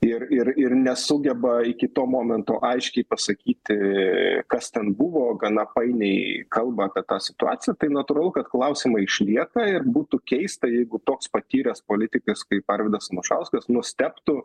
ir ir ir nesugeba iki to momento aiškiai pasakyti kas ten buvo gana painiai kalba apie tą situacija tai natūralu kad klausimai išlieka ir būtų keista jeigu toks patyręs politikas kaip arvydas anušauskas nustebtų